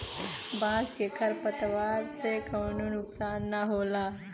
बांस के खर पतवार से कउनो नुकसान ना होला